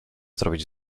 zrobić